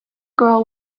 girl